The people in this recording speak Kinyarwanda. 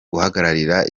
guhagararira